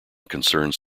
concerns